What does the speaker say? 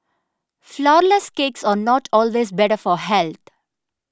Flourless Cakes are not always better for health